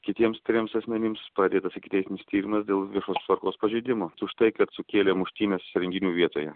kitiems trims asmenims pradėtas ikiteisminis tyrimas dėl viešosios tvarkos pažeidimo už tai kad sukėlė muštynes renginių vietoje